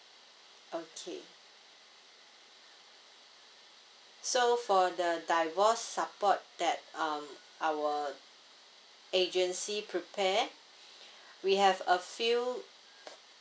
okay so for the divorce support that um our agency prepare we have a few